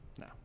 No